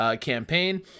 campaign